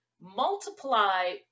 Multiply